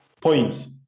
points